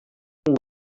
wing